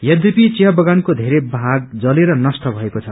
यद्यपि चिया बगानको वेरै भाग जलेर नष्ट भएको छ